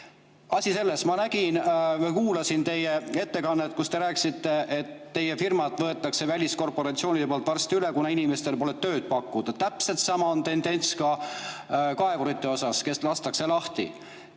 selles. Ma kuulasin teie ettekannet, kui te rääkisite, et teie firmad võetakse väliskorporatsioonide poolt varsti üle, kuna inimestele pole tööd pakkuda. Täpselt sama tendents on ka kaevurite puhul, kes lastakse lahti.